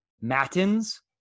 Matins